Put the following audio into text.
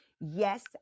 yes